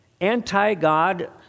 anti-God